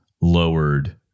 lowered